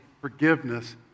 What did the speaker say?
forgiveness